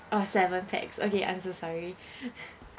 orh seven pax okay I'm so sorry